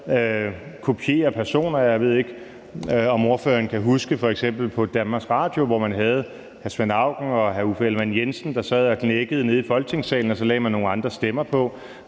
kopierer personer. Jeg ved ikke, om ordføreren kan huske f.eks. på Danmarks Radio, hvor man havde Svend Auken og Uffe Ellemann-Jensen, der sad og gnæggede nede i Folketingssalen, og så lagde man nogle andre stemmer på.